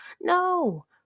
no